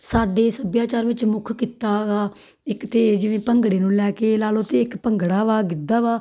ਸਾਡੇ ਸੱਭਿਆਚਾਰ ਵਿੱਚ ਮੁੱਖ ਕਿੱਤਾ ਗਾ ਇੱਕ ਤਾਂ ਜਿਵੇਂ ਭੰਗੜੇ ਨੂੰ ਲੈ ਕੇ ਲਾ ਲਓ ਤੇ ਇੱਕ ਭੰਗੜਾ ਵਾ ਗਿੱਧਾ ਵਾ